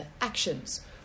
actions